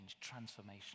transformation